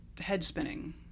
head-spinning